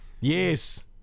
Yes